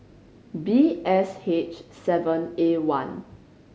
B S H seven A one